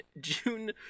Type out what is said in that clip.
June